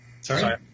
Sorry